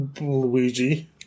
Luigi